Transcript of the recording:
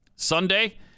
Sunday